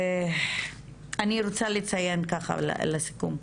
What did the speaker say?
אני רוצה לציין לסיכום: